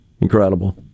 incredible